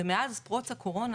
ומאז פרוץ הקורונה,